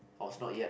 was not yet